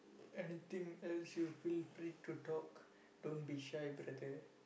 anything else you feel free to talk don't be shy brother